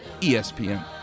ESPN